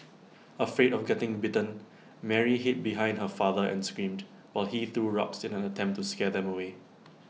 afraid of getting bitten Mary hid behind her father and screamed while he threw rocks in an attempt to scare them away